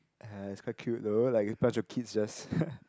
ah it's quite cute though like a bunch of kids just ppo